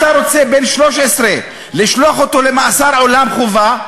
למה אתה רוצה לשלוח בן 13 למאסר עולם חובה,